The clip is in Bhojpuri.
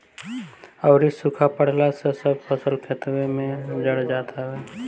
अउरी सुखा पड़ला से सब फसल खेतवे में जर जात हवे